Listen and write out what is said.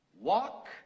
walk